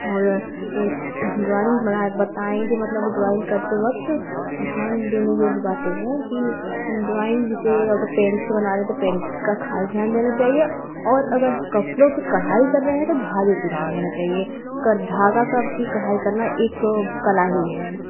और ड्राइंग बनाए बताएँगे मतलब ड्राइंग करते वक़्त ध्यान देने योग्य बातें हैं कि ड्राइंग विषय अगर पेंट्स बना रहे हैं तो पेंट का ख़ास ध्यान देना चाहिए और अगर कपड़ों पर कढ़ाई कर रहे हैं तो धागे का ध्यान देना चाहिए क धागा का भी कढ़ाई करना एक कला ही है